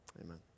Amen